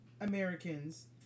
Americans